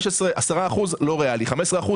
10% או 15%